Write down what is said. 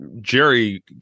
Jerry